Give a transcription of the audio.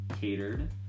catered